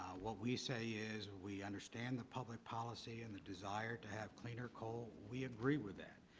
what we say is we understand the public policy and the desire to have cleaner coal. we agree with that,